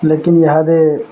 ଲେକିନ୍ ଏହାଦେ